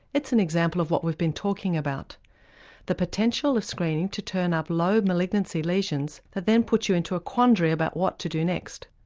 it's an example of what we've been talking about the potential of screening to turn up low malignancy lesions that then put you into a quandary about what to do next.